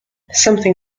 something